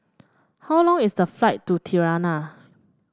how long is the flight to Tirana